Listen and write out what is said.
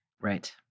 Right